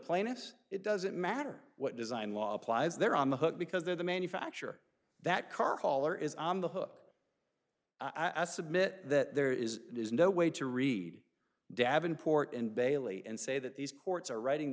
plaintiffs it doesn't matter what design law applies they're on the hook because they're the manufacturer that car hauler is on the hook i submit that there is is no way to read davenport and bailey and say that these courts are writing